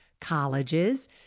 colleges